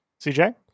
CJ